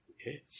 Okay